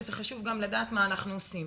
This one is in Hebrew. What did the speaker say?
וחשוב לדעת מה אנחנו עושים.